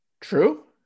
True